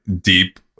deep